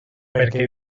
perquè